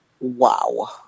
Wow